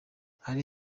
hari